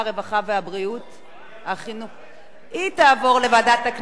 לתוצאות: בעד,